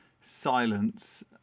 silence